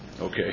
Okay